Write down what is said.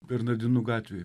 bernardinų gatvėj